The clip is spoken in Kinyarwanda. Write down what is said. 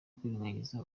kwirengagiza